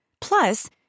Plus